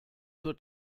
zur